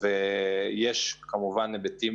יש כמובן היבטים